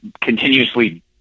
continuously